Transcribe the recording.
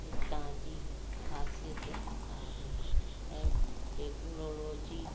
हितां जी खासियत आहे ऐं टेक्नोलोजी